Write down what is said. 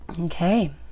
Okay